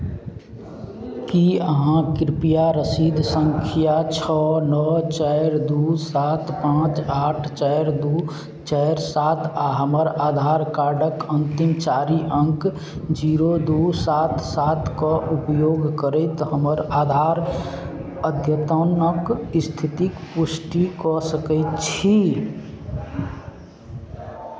की अहाँ कृपया रसीद सङ्ख्या छओ नओ चारि दू सात पाँच आठ चारि दू चारि सात आ हमर आधार कार्डक अन्तिम चारि अंक जीरो दू सात सातके उपयोग करैत हमर आधार अद्यतनक स्थितिक पुष्टि कऽ सकैत छी